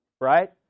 right